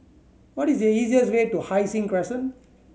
what is the easiest way to Hai Sing Crescent